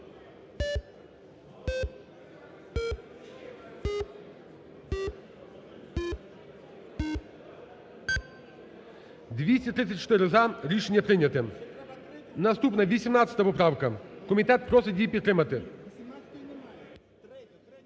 За-234 Рішення прийняте. Наступна 18 поправка. Комітет просить її підтримати.